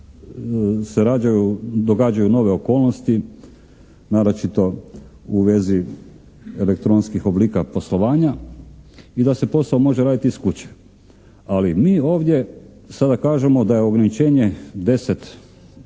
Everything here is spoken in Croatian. događaju nove okolnosti, naročito u vezi elektronskih oblika poslovanja i da se posao može raditi iz kuće. Ali mi ovdje sada kažemo da je ograničenje 10